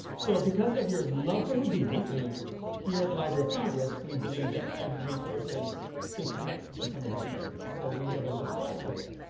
so, because of your love for houdini here at the library of congress, we believe that every person could connect to some of our treasures, so, we have a little surprise for you.